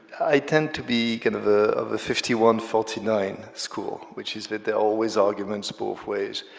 i tend to be kind of ah of a fifty one forty nine school, which is that there are always arguments both ways,